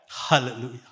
Hallelujah